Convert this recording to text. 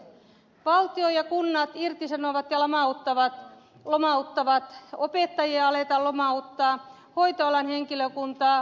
valtio ja kunnat irtisanovat ja lomauttavat opettajia aletaan lomauttaa hoitoalan henkilökuntaa vanhustenhuollon henkilökuntaa